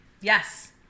yes